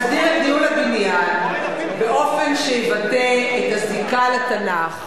מסדיר את ניהול הבניין באופן שיבטא את הזיקה לתנ"ך